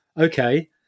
okay